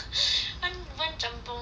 one one jjampong